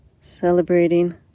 celebrating